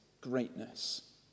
greatness